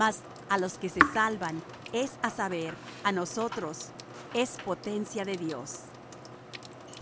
mas á los que se salvan es á saber á nosotros es potencia de dios